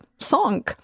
song